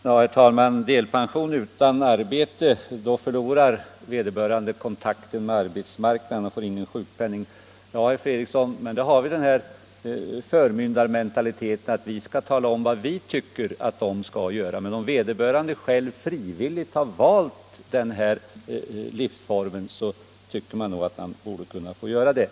Herr talman! Med delpension utan arbete förlorar vederbörande kontakten med arbetsmarknaden och får ingen sjukpenning. Ja, herr Fredriksson, men då har vi den här förmyndarmentaliteten att vi skall tala om vad vi tycker att människorna skall göra. Men om vederbörande själv frivilligt väljer denna livsform, så tycker man nog att han borde kunna få göra det.